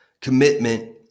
commitment